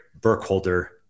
Burkholder